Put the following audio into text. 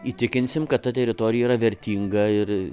įtikinsime kad ta teritorija yra vertinga ir